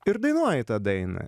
ir dainuoji tą dainą